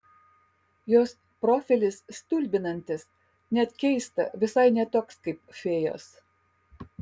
jos profilis stulbinantis net keista visai ne toks kaip fėjos